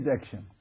action